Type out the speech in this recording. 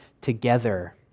together